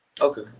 okay